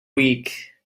week